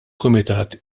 kumitat